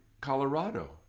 Colorado